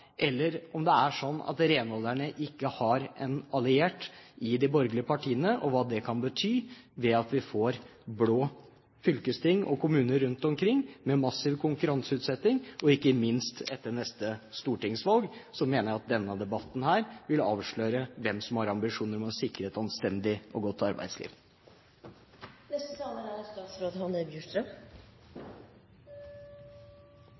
eller om det er slik at renholderne ikke har en alliert i de borgerlige partiene, og hva det kan bety at vi får blå fylkesting og blå kommuner rundt omkring, med massiv konkurranseutsetting – ikke minst etter neste stortingsvalg. Jeg mener at denne debatten vil avsløre hvem som har ambisjoner om å sikre et anstendig og godt